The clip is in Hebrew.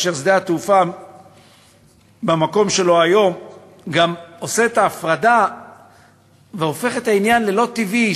שדה התעופה במקום שלו היום גם עושה את ההפרדה והופך את העניין ללא טבעי,